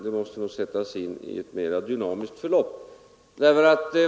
Det måste nog sättas in i ett mera dynamiskt förlopp.